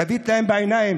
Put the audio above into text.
תביט להם בעיניים,